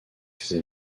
ses